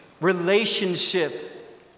relationship